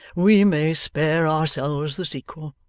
we may spare ourselves the sequel.